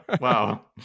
wow